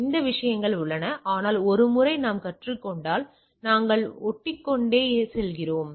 எனவே அந்த விஷயங்கள் உள்ளன ஆனால் ஒரு முறை நாம் கற்றுக் கொண்டால் நாங்கள் ஒட்டிக்கொண்டே செல்கிறோம்